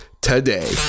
today